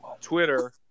Twitter